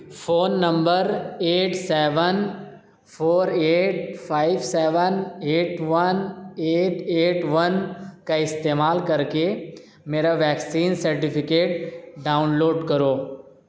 phone number eight seven four eight five seven eight one eight eight one کا استعمال کر کے میرا ویکسین سرٹیفکیٹ ڈاؤن لوڈ کرو